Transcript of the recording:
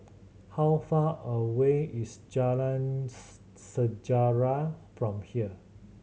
how far away is Jalan Sejarah from here